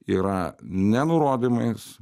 yra ne nurodymais